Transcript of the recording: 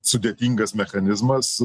sudėtingas mechanizmas